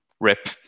Rip